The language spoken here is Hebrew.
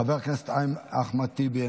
חבר הכנסת אחמד טיבי,